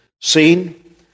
seen